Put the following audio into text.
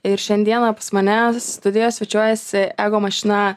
ir šiandieną pas mane studijoj svečiuojasi ego mašina